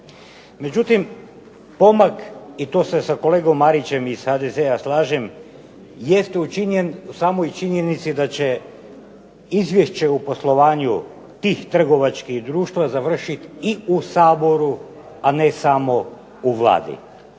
Međutim, pomak i to se sa kolegom Marićem iz HDZ-a slažem jest učinjen u samoj činjenici da će izvješće o poslovanju tih trgovačkih društava završiti i u Saboru a ne samo u Vladi.